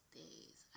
days